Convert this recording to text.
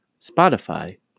Spotify